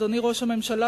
אדוני ראש הממשלה,